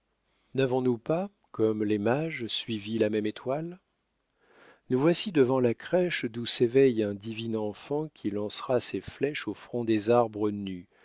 n'avons-nous pas comme les mages suivi la même étoile nous voici devant la crèche d'où s'éveille un divin enfant qui lancera ses flèches au front des arbres nus